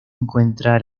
encuentra